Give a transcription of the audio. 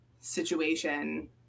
situation